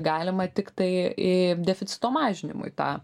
galima tiktai i deficito mažinimui tą